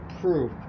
proof